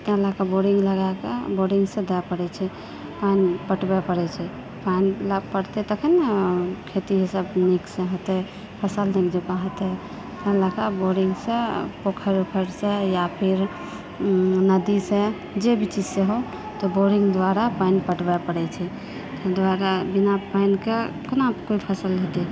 तैं लयकऽ बोरिंग लगाकऽ बोरिंगसँ दय पड़ैत छै पानि पटबऽ पड़ैत छै पानि पटतै तखन न खेती सभ नीकसँ हेतय फसल नीक जकाँ हेतय तैं लयकऽ बोरिंगसँ पोखरि ओखरिसँ या फिर नदीसँ जे भी चीजसँ हौ तऽ बोरिंग द्वारा पानि पटबय पड़ैत छै द्वारा बिना पानिकऽ कोना कोइ फसल हेतय